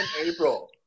April